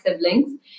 siblings